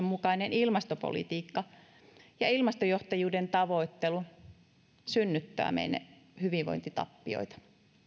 mukainen ilmastopolitiikka ja ilmastojohtajuuden tavoittelu synnyttävät meille hyvinvointitappioita